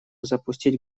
запустить